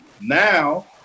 Now